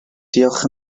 diolch